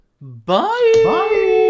bye